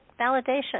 validation